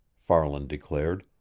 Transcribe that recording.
farland declared.